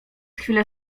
chwilę